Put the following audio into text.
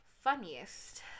Funniest